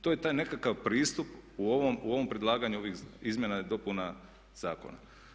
To je taj nekakav pristup u ovom predlaganju ovih izmjena i dopuna zakona.